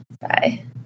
Bye